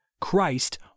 Christ